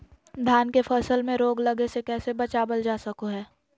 धान के फसल में रोग लगे से कैसे बचाबल जा सको हय?